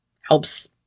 helps